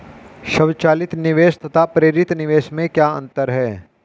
स्वचालित निवेश तथा प्रेरित निवेश में क्या अंतर है?